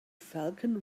falcon